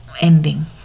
ending